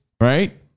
right